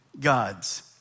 gods